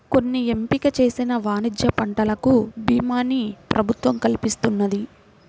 కొన్ని ఎంపిక చేసిన వాణిజ్య పంటలకు భీమాని ప్రభుత్వం కల్పిస్తున్నది